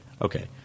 Okay